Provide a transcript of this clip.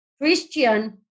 Christian